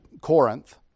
Corinth